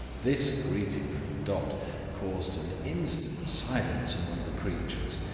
this greeting from dot caused an instant silence amongst the creatures,